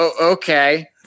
okay